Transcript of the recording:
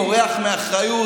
בורח מאחריות,